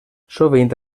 sovint